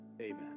amen